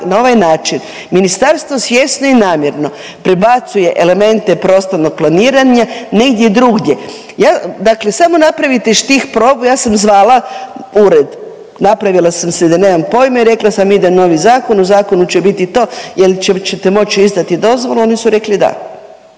na ovaj način ministarstvo svjesno i namjerno prebacuje elemente prostornog planiranja negdje drugdje. Dakle, samo napravite štih probu ja sam zvala ured napravila sam se da nemam pojma i rekla sam ide novi zakon u zakonu će biti to jel ćete moć izdati dozvolu oni su rekli da.